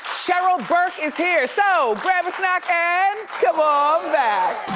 cheryl burke is here. so grab a snack and come on back.